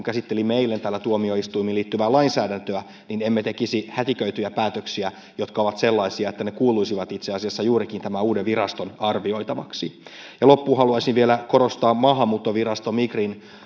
käsittelimme eilen täällä tuomioistuimiin liittyvää lainsäädäntöä että emme tekisi hätiköityjä päätöksiä jotka ovat sellaisia että ne kuuluisivat itse asiassa juurikin tämän uuden viraston arvioitavaksi loppuun haluaisin vielä korostaa maahanmuuttovirasto migrin